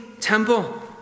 temple